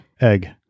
egg